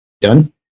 done